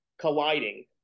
colliding